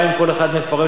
מתי שנוח לו.